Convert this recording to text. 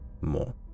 more